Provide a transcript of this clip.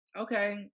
Okay